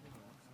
אדוני היושב-ראש,